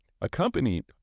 accompanied